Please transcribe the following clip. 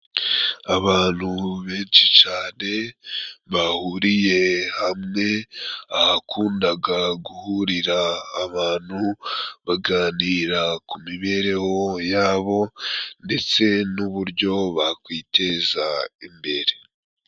Abantu benshi cane bahuriye hamwe ahakundaga guhurira abantu, baganira ku mibereho yabo ndetse n'uburyo bakwiteza imbere.